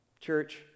Church